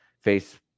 face